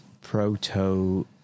proto